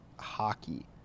hockey